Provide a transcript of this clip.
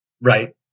right